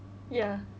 ya